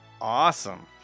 Awesome